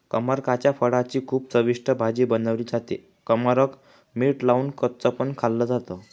कमरकाच्या फळाची खूप चविष्ट भाजी बनवली जाते, कमरक मीठ लावून कच्च पण खाल्ल जात